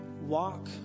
walk